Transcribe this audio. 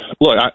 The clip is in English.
look